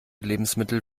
lebensmittel